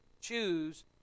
choose